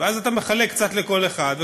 ואז אתה מחלק קצת לכל אחד,